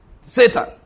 Satan